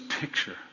picture